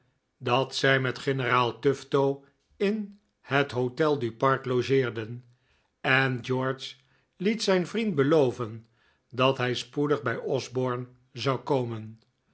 dat zij met generaal tufto in het hotel da pare logeerden en george liet zijn vriend beloven dat hij spoedig bij osborne zou komen